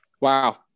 Wow